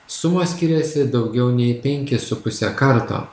sumos skiriasi daugiau nei penkis su puse karto